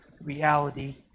reality